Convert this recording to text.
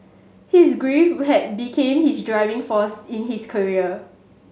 his grief had become his driving force in his career